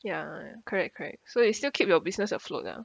ya correct correct so you still keep your business afloat ah